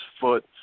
foot